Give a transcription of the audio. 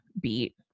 beat